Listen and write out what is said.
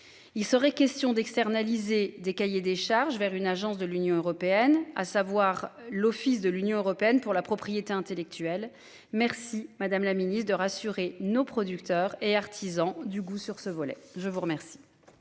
Il serait question d'externaliser des cahiers des charges vers une agence de l'Union européenne, à savoir l'Office de l'Union européenne pour la propriété intellectuelle. Merci madame la ministre de rassurer nos producteurs et artisans du goût sur ce volet, je vous remercie.